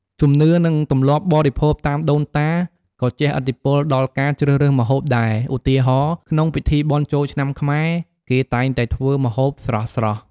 ជំនឿ និងទម្លាប់បរិភោគតាមដូនតា ក៏ជះឥទ្ធិពលដល់ការជ្រើសរើសម្ហូបដែរ ឧទាហរណ៍ ក្នុងពិធីបុណ្យចូលឆ្នាំខ្មែរ គេតែងតែធ្វើម្ហូបស្រស់ៗ។